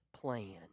plan